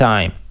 Time